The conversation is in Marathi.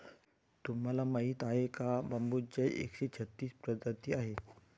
तुम्हाला माहीत आहे का बांबूच्या एकशे छत्तीस प्रजाती आहेत